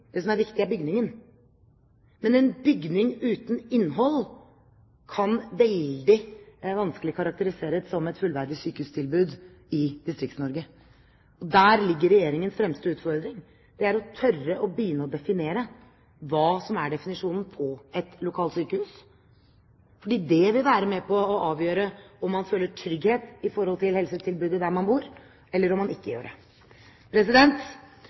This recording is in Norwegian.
sykehuset, ikke er viktig, det som er viktig, er bygningen. Men en bygning uten innhold kan veldig vanskelig karakteriseres som et fullverdig sykehustilbud i Distrikts-Norge. Der ligger Regjeringens fremste utfordring, det er å tørre å begynne å definere hva som er et lokalsykehus, for det vil være med på å avgjøre om man føler trygghet i forhold til helsetilbudet der man bor, eller om man ikke gjør det.